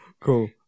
Cool